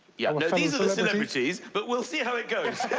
yeah, no, these are the celebrities, but we'll see how it goes.